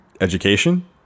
education